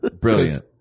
Brilliant